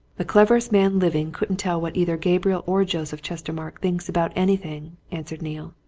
the cleverest man living couldn't tell what either gabriel or joseph chestermarke thinks about anything, answered neale.